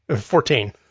Fourteen